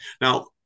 Now